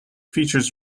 features